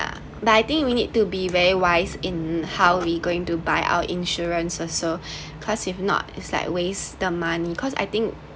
yeah but I think we need to be very wise in how we going to buy our insurance also because if not is like waste the money cause I think